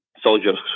soldiers